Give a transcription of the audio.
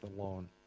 alone